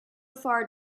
far